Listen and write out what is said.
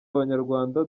abanyarwanda